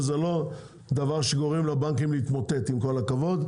וזה לא דבר שגורם לבנקים להתמוטט עם כל הכבוד,